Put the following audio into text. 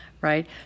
right